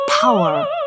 power